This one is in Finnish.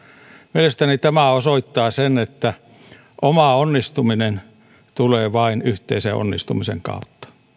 mielestäni tämä osoittaa sen että oma onnistuminen tulee vain yhteisen onnistumisen kautta